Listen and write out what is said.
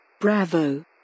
Bravo